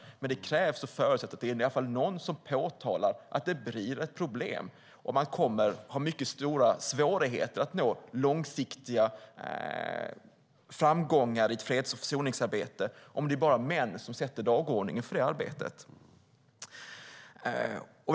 Men det krävs och förutsätts att det i alla fall är någon som påtalar att det blir problem och att man får stora svårigheter att nå långsiktiga framgångar i ett freds och försoningsarbete om det bara är män som sätter dagordningen för det arbetet.